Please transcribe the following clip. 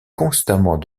constamment